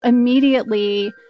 Immediately